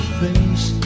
face